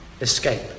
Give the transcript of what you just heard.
escape